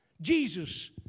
Jesus